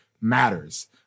matters